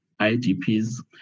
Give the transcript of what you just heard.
IDPs